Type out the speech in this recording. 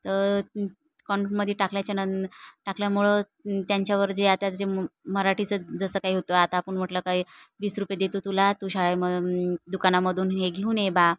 तर कॉनवेंटमध्ये टाकल्याच्या नं टाकल्यामुळं त्यांच्यावर जे आता जे मराठीचं जसं काही होतं आता आपण म्हटलं काय वीस रुपये देतो तुला तू शाळेम दुकानामधून हे घेऊन ये बा